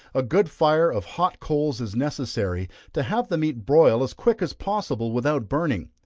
a good fire of hot coals is necessary to have the meat broil as quick as possible without burning.